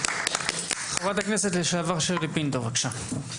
חברת הכנסת לשעבר שלי פינטו, בבקשה.